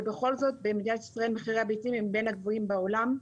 ובכל זאת במדינת ישראל מחירי הביצים הם בין הגבוהים בעולם.